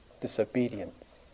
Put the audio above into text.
disobedience